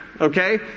Okay